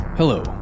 Hello